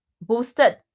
boosted